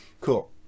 Cool